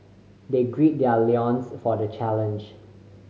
they gird their loins for the challenge